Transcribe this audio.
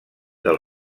del